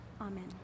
Amen